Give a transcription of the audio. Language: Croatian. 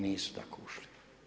Nisu tako ušli.